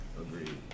Agreed